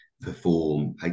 perform